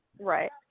Right